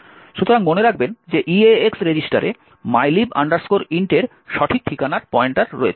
সুতরাং মনে রাখবেন যে EAX রেজিস্টারে mylib int এর সঠিক ঠিকানার পয়েন্টার রয়েছে